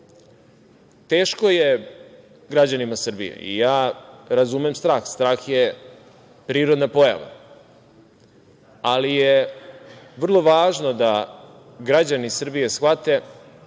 teško je građanima Srbije. Ja razumem strah. Strah je prirodna pojava. Ali je vrlo važno da građani Srbije shvate